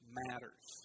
matters